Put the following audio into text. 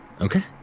Okay